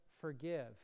forgive